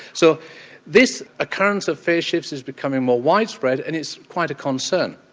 so this occurrence of face shifts is becoming more widespread and it's quite a concern.